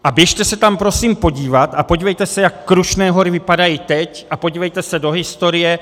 A běžte se tam prosím podívat a podívejte se, jak Krušné hory vypadají teď, a podívejte se do historie.